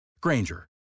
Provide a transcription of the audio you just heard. Granger